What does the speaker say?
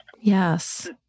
Yes